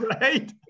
right